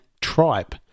tripe